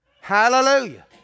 Hallelujah